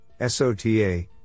SOTA